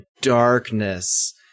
darkness